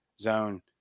zone